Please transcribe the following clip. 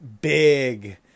big